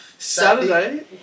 Saturday